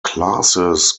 classes